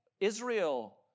Israel